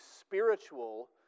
spiritual